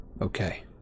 Okay